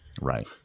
Right